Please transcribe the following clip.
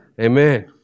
Amen